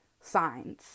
signs